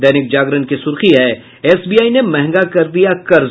दैनिक जागरण की सुर्खी है एसबीआई ने महंगा कर दिया कर्ज